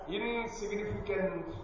insignificant